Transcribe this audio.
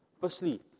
Firstly